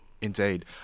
Indeed